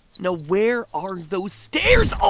now where are those stairs